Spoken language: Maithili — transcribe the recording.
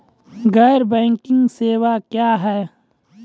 गैर बैंकिंग सेवा क्या हैं?